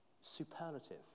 superlative